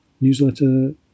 newsletter